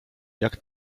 jak